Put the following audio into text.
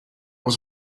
was